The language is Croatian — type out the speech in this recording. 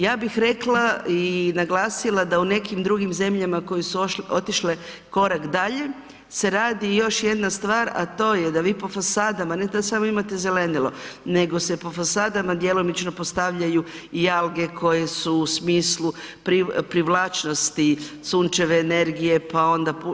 Ja bih rekla i naglasila da u nekim drugim zemljama koje su otišle korak dalje se radi još jedna stvar, a to je da vi po fasadama, ne da samo imate zelenilo, nego se po fasadama djelomično postavljaju i alge koje su u smislu privlačnosti sunčeve energije, pa onda…